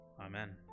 Amen